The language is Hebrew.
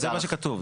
לא זה מה שכתוב.